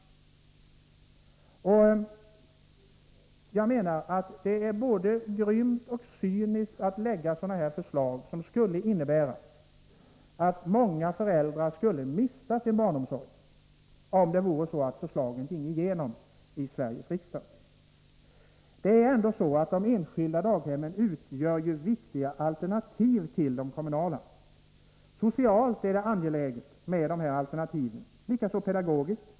Jag menar att det är både grymt och cyniskt att lägga fram förslag, som skulle innebära att många föräldrar skulle mista sin barnomsorg, om förslagen ginge igenom i Sveriges riksdag. De enskilda daghemmen utgör ju viktiga alternativ till de kommunala. Socialt är det angeläget med de här alternativen, likaså pedagogiskt.